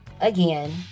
again